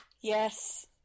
Yes